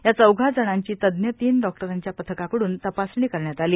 या चौघा जणांची तज्ज्ञ तीन डॉक्टरांच्या पथकाकडून तपासणी करण्यात आली